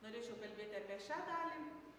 norėčiau kalbėti apie šią dalį